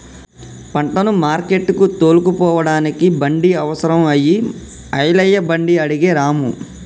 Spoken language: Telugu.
పంటను మార్కెట్టుకు తోలుకుపోడానికి బండి అవసరం అయి ఐలయ్య బండి అడిగే రాము